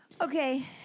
Okay